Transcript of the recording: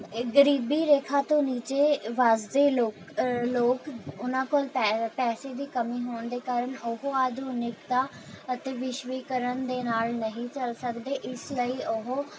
ਗਰੀਬੀ ਰੇਖਾ ਤੋਂ ਨੀਚੇ ਵੱਸਦੇ ਲੋਕ ਲੋਕ ਉਨ੍ਹਾਂ ਕੋਲ ਪੈਸੇ ਦੀ ਕਮੀ ਹੋਣ ਦੇ ਕਾਰਨ ਉਹ ਆਧੁਨਿਕਤਾ ਅਤੇ ਵਿਸ਼ਵੀਕਰਨ ਦੇ ਨਾਲ ਨਹੀਂ ਚੱਲ ਸਕਦੇ ਇਸ ਲਈ ਉਹ